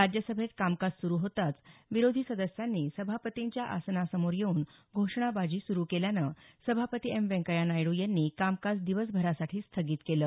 राज्यसभेत कामकाज सुरू होताच विरोधी सदस्यांनी सभापतींच्या आसनासमोर येऊन घोषणाबाजी सुरू केल्यानं सभापती एम व्यंकय्या नायड्र यांनी कामकाज दिवसभरासाठी स्थगित केलं